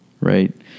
right